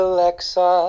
Alexa